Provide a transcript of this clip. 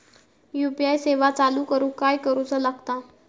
UPI सेवा चालू करूक काय करूचा लागता?